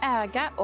äga